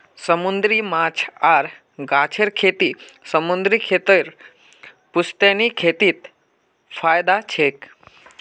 समूंदरी माछ आर गाछेर खेती समूंदरी खेतीर पुश्तैनी खेतीत फयदा छेक